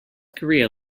korea